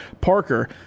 Parker